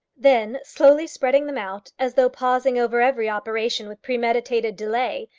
then, slowly spreading them out, as though pausing over every operation with premeditated delay,